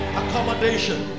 accommodation